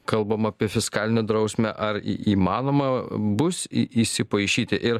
kalbam apie fiskalinę drausmę ar į įmanoma bus į įsipaišyti ir